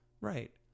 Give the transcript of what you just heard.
Right